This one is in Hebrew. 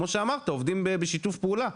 כמו שאמרת עובדים בשיתוף פעולה,